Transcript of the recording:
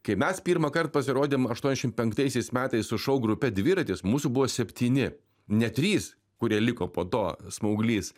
kai mes pirmą kart pasirodėm aštuoniasdešimt penktaisiais metais su šou grupė dviratis mūsų buvo septyni ne trys kurie liko po to smauglys